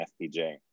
FPJ